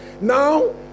now